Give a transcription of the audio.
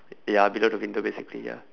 ya below the window basically ya